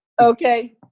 Okay